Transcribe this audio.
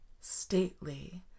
stately